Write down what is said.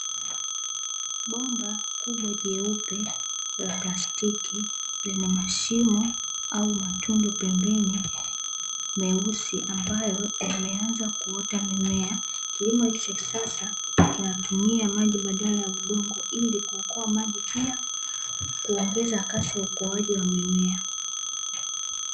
Bomba kubwa jeupe la plastiki, lenye mashimo au matundu pembeni meusi, ambayo yameanza kuota mimea. Kilimo hiki cha kisasa kinatumia maji badala ya udongo ili kuokoa maji, pia kuongeza kasi ya ukuaji wa mimea.